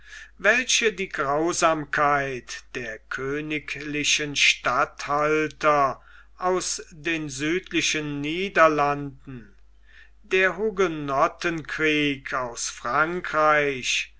welche die grausamkeit der königlichen statthalter ans den südlichen niederlanden der hugenottenkrieg aus frankreich